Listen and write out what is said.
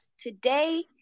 today